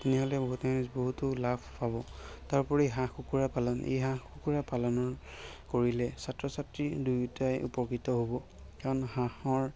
তেনেহ'লে বহুতে বহুতো লাভ হ'ব তাৰোপৰি হাঁহ কুকুৰা পালন এই হাঁহ কুকুৰা পালনৰ কৰিলে ছাত্ৰ ছাত্ৰী দুয়োটাই উপকৃত হ'ব কাৰণ হাঁহৰ